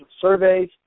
surveys